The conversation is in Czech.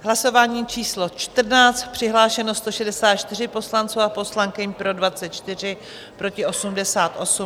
Hlasování číslo 14, přihlášeno 164 poslanců a poslankyň, pro 24, proti 88.